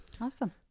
Awesome